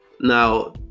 Now